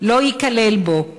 לא ייכלל בו";